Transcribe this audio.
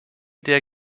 der